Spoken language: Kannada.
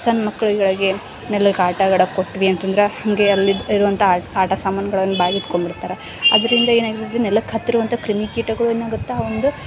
ಸಣ್ಣ ಮಕ್ಕಳುಗಳಿಗೆ ನೆಲಕ್ಕೆ ಆಟವಾಡಕ್ಕೆ ಕೊಟ್ವಿ ಅಂತಂದ್ರೆ ಹಾಗೆ ಅಲ್ಲಿ ಇರುವಂಥ ಆಟ ಸಾಮಾನುಗಳನ್ನ ಬಾಯಿಗೆ ಇಡ್ಕೊಂಡು ಬಿಡ್ತಾರೆ ಅದರಿಂದ ಏನಾಗಿರುತ್ತೆ ನೆಲಕ್ಕೆ ಹತ್ತಿರುವಂಥ ಕ್ರಿಮಿ ಕೀಟಗಳು ಏನಾಗುತ್ತೆ ಒಂದು